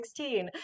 2016